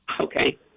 Okay